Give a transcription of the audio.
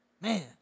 Man